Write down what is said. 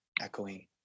echoing